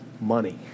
money